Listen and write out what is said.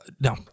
No